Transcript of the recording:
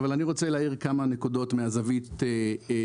אבל אני רוצה להאיר כמה נקודות מהזווית שלי,